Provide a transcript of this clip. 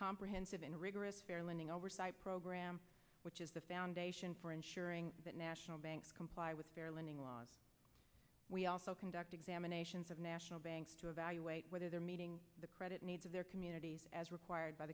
comprehensive and rigorous fair lending oversight program which is the foundation for ensuring that national banks comply with their lending laws we also conduct examinations of national banks to evaluate whether they're meeting the credit needs of their communities as required by